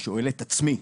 ושואל את עצמי,